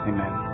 Amen